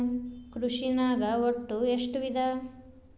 ಕೃಷಿನಾಗ್ ಒಟ್ಟ ಎಷ್ಟ ವಿಧ?